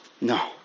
No